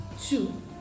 Two